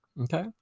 Okay